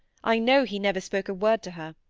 i know he never spoke a word to her.